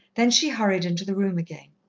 then she hurried into the room again.